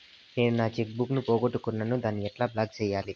నేను నా cheque book ను పోగొట్టుకున్నాను దాన్ని ఎట్లా బ్లాక్ సేయాలి?